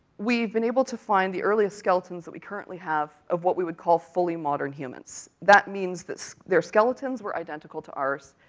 we've been able to find the earliest skeletons, that we currently have of what we would call fully modern humans. that means that their skeletons were identical to ours,